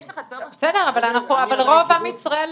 בסדר, אבל רוב עם ישראל